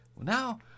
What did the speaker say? Now